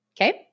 Okay